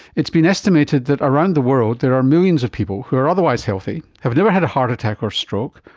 it's been estimated that around the world there are millions of people who are otherwise healthy, have never had a heart attack or stroke,